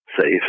safe